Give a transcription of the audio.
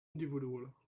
individual